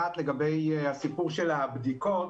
אחת לגבי הסיפור של הבדיקות.